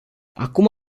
acum